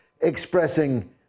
expressing